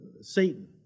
Satan